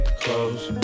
close